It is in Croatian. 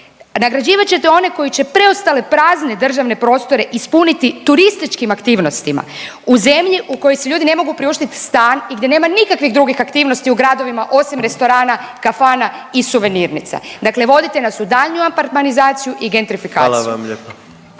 nagrađivat ćete one koji će preostale prazne državne prostore ispuniti turističkim aktivnosti, u zemlju u kojoj si ljudi ne mogu priuštiti stan i gdje nema nikakvih drugih aktivnosti u gradovima osim restorana, kafana i suvenirnica. Dakle vodite nas u daljnju apartmanizaciju i gentrifikaciju. **Jandroković,